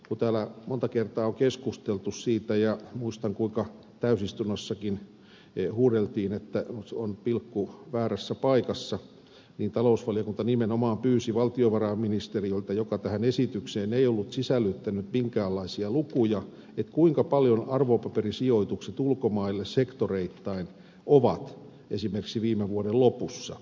kun täällä monta kertaa on keskusteltu siitä ja muistan kuinka täysistunnossakin huudeltiin että on pilkku väärässä paikassa niin talousvaliokunta nimenomaan kysyi valtiovarainministeriöltä joka tähän esitykseen ei ollut sisällyttänyt minkäänlaisia lukuja kuinka paljon arvopaperisijoitukset ulkomaille sektoreittain ovat esimerkiksi viime vuoden lopussa